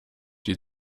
die